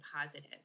positive